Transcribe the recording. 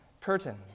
curtain